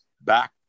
back